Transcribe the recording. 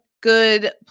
good